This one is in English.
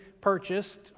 purchased